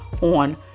on